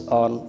on